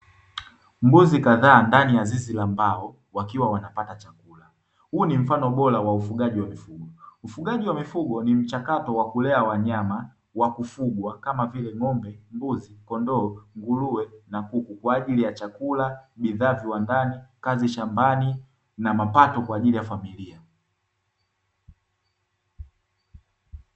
Mbuzi kadhaa ndani ya zizi la mbao wakiwa wanapata chakula huu ni mfano bora wa ufugaji wa mifugo, ufugaji wa mifugo ni mchakato wa kulea wanyama wa kufugwa kama vile ng'ombe mbuzi kondoo nguruwe na kuku kwa ajili ya chakula bidhaa viwandani kazi shambani na mapato kwa ajili ya familia.